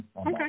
Okay